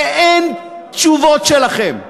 אין תשובות שלכם,